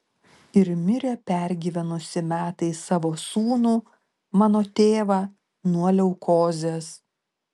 ir mirė pergyvenusi metais savo sūnų mano tėvą nuo leukozės